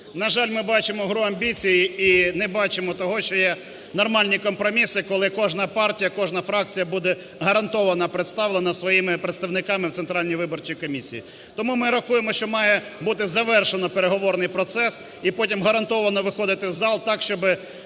На жаль, ми бачимо гру амбіцій і не бачимо того, що є нормальні компроміси, коли кожна партія, кожна фракція буде гарантовано представлена своїми представниками в Центральній виборчій комісії. Тому ми рахуємо, що має бути завершено переговорний процес, і потім гарантовано виходити в зал так, щоби